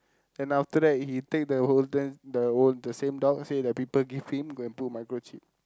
then after he take the whole then the whole the same dog say that people give him then go and put microchip